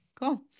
Cool